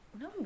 no